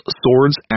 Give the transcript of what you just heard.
swords